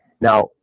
Now